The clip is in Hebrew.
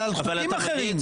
על חוקים אחרים,